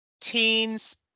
teens